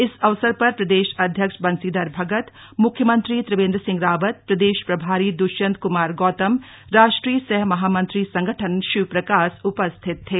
इस अवसर पर प्रदेश अध्यक्ष बंशीधर भगत मुख्यमंत्री त्रिवेंद्र सिंह रावत प्रदेश प्रभारी दुष्यन्त कुमार गौतम राष्ट्रीय सह महामंत्री संगठन शिव प्रकाश उपस्थित थे